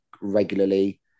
regularly